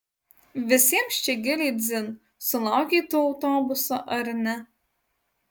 visiems čia giliai dzin sulaukei tu autobuso ar ne